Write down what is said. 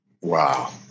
Wow